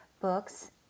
books